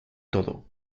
todo